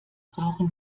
brauchen